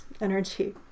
energy